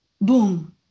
boom